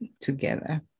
together